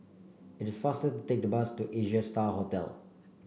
it is faster take the bus to Asia Star Hotel